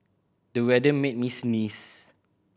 the weather made me sneeze